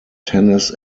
tennis